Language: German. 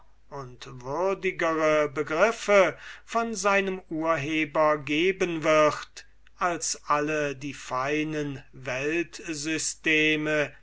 und würdigere begriffe von seinem urheber geben wird als alle die feinen